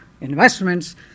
investments